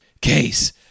Case